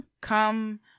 come